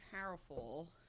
powerful